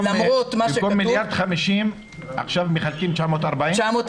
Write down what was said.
מיליארד וחמישים מחלקים עכשיו 940 מיליון?